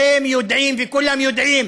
אתם יודעים וכולם יודעים